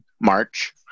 march